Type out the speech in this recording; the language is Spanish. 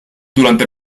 durante